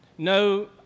No